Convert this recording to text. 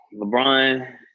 LeBron